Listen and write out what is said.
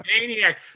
maniac